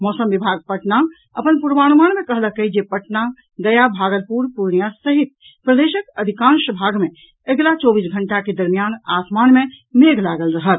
मौसम विभाग पटना अपन पूर्वानुमान मे कहलक अछि जे पटना गया भागलपुर पूर्णिया सहित प्रदेशक अधिकांश भाग मे अगिला चौबीस घंटा के दरमियान आसमान मे मेघ लागल रहत